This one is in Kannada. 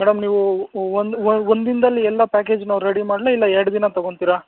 ಮೇಡಮ್ ನೀವು ಒಂದು ಒಂದು ದಿನದಲ್ಲಿ ಎಲ್ಲ ಪ್ಯಾಕೇಜ್ ನಾವು ರೆಡಿ ಮಾಡಲಾ ಇಲ್ಲ ಎರಡು ದಿನ ತೊಗೊತಿರ